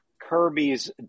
Kirby's